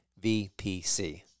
VPC